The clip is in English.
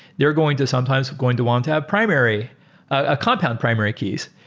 they're going to sometimes going to want to have primary ah compound primary keys.